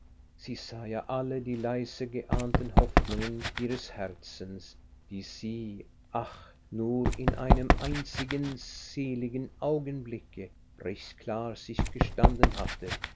sie sah ja alle die leise geahnten hoffnungen ihres herzens die sie ach nur in einem einzigen seligen augenblicke recht klar sich gestanden hatte